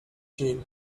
jail